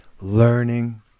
Learning